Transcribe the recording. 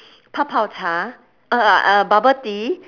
泡泡茶：pao pao cha uh uh bubble tea